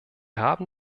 haben